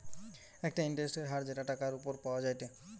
একটা ইন্টারেস্টের হার যেটা টাকার উপর পাওয়া যায়টে